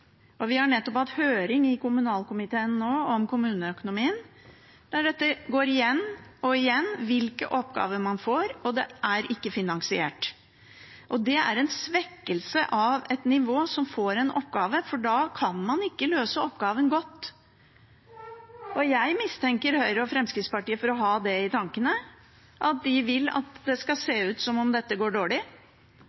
Vi har nettopp hatt høring i kommunalkomiteen om kommuneøkonomien, der dette går igjen: hvilke oppgaver man får, og at det ikke er finansiert, og det er en svekkelse av et nivå som får en oppgave, for da kan man ikke løse oppgaven godt. Jeg mistenker Høyre og Fremskrittspartiet for å ha det i tankene, at de vil at det skal se